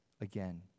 again